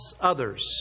others